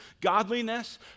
Godliness